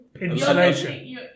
insulation